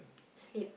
sleep